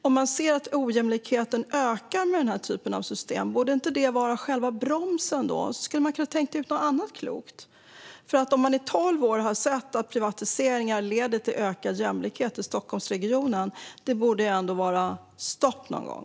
Om man ser att ojämlikheten ökar med den här typen av system, borde det inte vara själva bromsen, och så kunde man tänka ut något annat klokt? Om man i tolv år har sett att privatiseringar leder till minskad jämlikhet i Stockholmsregionen borde det ändå bli stopp någon gång.